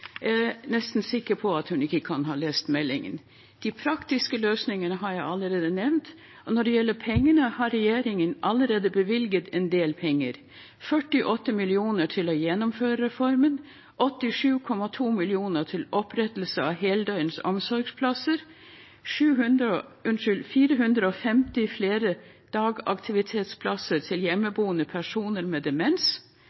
er jeg nesten sikker på at hun ikke kan ha lest meldingen. De praktiske løsningene har jeg allerede nevnt, og når det gjelder pengene, har regjeringen allerede bevilget en del: 48 mill. kr til å gjennomføre reformen, 87,2 mill. kr til opprettelse av heldøgns omsorgsplasser, 450 flere dagaktivitetsplasser til